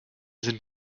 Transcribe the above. sind